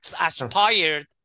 aspired